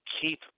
keep